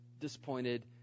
disappointed